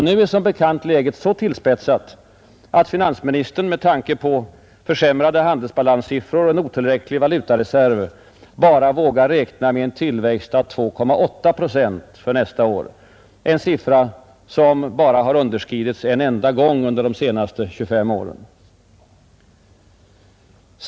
Nu är som bekant läget så tillspetsat att finansministern med tanke på försämrade handelsbalanssiffror och otillräcklig valutareserv bara vågar räkna med en tillväxt av 2,8 procent för nästa år, en siffra som bara underskridits en enda gång under de senaste 25 åren.